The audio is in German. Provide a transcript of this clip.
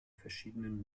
verschiedenen